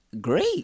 Great